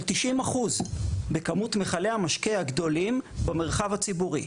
90% בכמות מכלי המשקה הגדולים במרחב הציבורי.